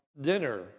dinner